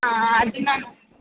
ಹಾಂ ಅದು ನಾನು